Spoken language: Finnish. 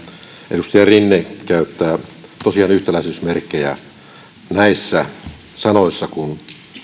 edustaja rinne käyttää tosiaan yhtäläisyysmerkkejä sellaisissa sanoissa kuin